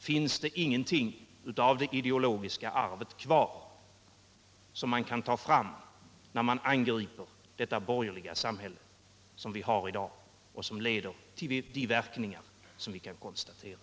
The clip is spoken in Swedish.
Finns ingenting kvar av det ideologiska arvet, som man kan ta fram när man angriper dagens borgerliga samhälle, vars verkningar vi kan konstatera.